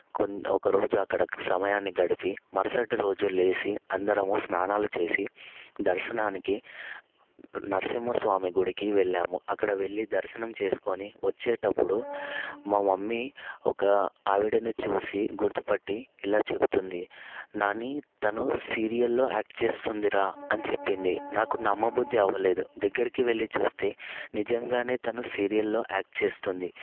కొన్ని ఒక రోజు అక్కడ సమయాన్ని గడిపి మరుసటి రోజు లేసి అందరము స్నానాలు చేసి దర్శనానికి నరసింహస్వామి గుడికి వెళ్ళాము అక్కడ వెళ్ళి దర్శనం చేసుకొని వచ్చేటప్పుడు మా మమ్మీ ఒక ఆవిడని చూసి గుర్తుపట్టి ఇలా చెబుతుంది నాని తను సీరియల్లో యాక్ట్ చేస్తుందిరా అని చెప్పింది నాకు నమ్మబుద్ధి అవలేదు దగ్గరికి వెళ్ళి చూస్తే నిజంగానే తను సీరియల్లో యాక్ట్ చేస్తుంది